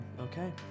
Okay